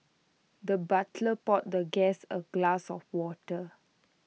the butler poured the guest A glass of water